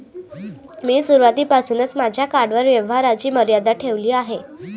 मी सुरुवातीपासूनच माझ्या कार्डवर व्यवहाराची मर्यादा ठेवली आहे